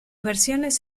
versiones